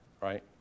Right